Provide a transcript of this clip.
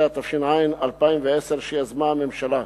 13), התש"ע 2010, שיזמה הממשלה.